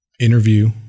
interview